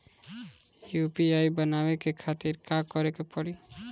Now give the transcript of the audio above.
UPI बनावे के खातिर का करे के पड़ी?